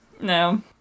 No